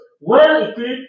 well-equipped